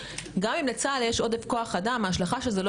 גם אם לצה"ל יש עודף כוח אדם ההשלכה של זה לא